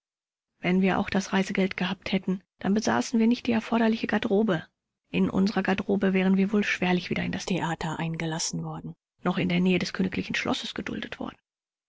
wenn wir auch das reisegeld gehabt hätten dann besaßen wir nicht die erforderliche garderobe in unserer garderobe wären wir wohl schwerlich weder in das theater zugelassen noch in der nähe des königlichen schlosses geduldet worden